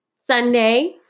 Sunday